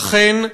אכן,